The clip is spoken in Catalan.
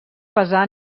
pesar